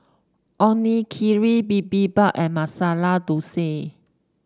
Onigiri Bibimbap and Masala Dosa